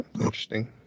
Interesting